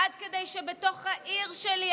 עד כדי כך שבתוך העיר שלי,